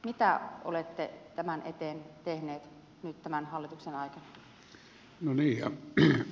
mitä olette tämän eteen tehneet nyt tämän hallituksen aikana